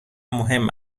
مهم